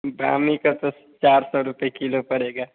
दामी का तो सर चार सौ रुपए किलो पड़ेगा